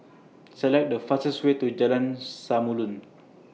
Select The fastest Way to Jalan Samulun